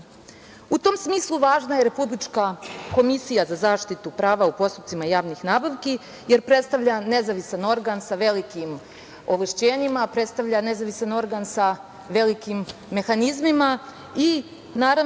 tom smislu, važna je Republička komisija za zaštitu prava u postupcima javnih nabavki jer predstavlja nezavisan organ sa velikim ovlašćenjima, predstavlja nezavisan organ sa velikim mehanizmima i naravno